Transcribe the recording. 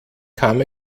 kam